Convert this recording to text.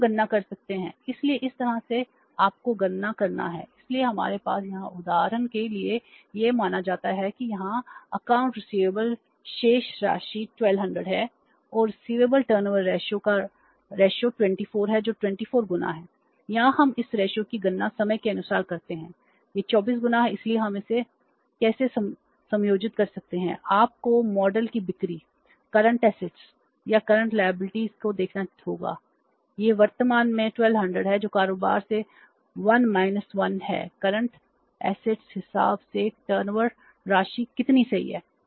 तो हम गणना कर सकते हैं इसलिए इस तरह से आपको गणना करना है इसलिए हमारे पास यहां उदाहरण के लिए यह माना जाता है कि यहां अकाउंट रिसिवेबल राशि कितनी सही है